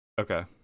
Okay